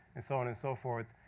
and so on and so forth.